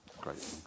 great